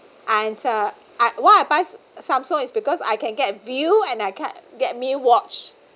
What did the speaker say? and uh I why I buy samsung is because I can get viu and I can get mi watch